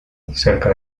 cerca